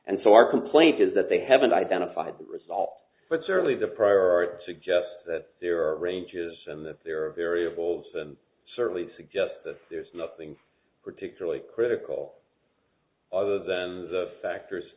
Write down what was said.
and so our complaint is that they haven't identified the result but certainly the prior art suggests that there are ranges and that there are variables and certainly suggests that there's nothing particularly critical other than the factors